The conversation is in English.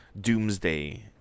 doomsday